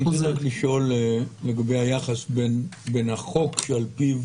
אני רוצה לשאול על היחס בין החוק שעל פיו